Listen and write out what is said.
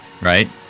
right